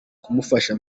kumufasha